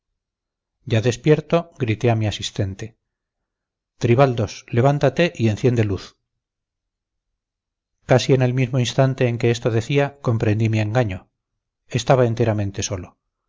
ya despierto grité a mi asistente tribaldos levántate y enciende luz casi en el mismo instante en que esto decía comprendí mi engaño estaba enteramente solo